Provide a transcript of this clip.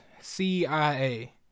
CIA